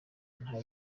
nta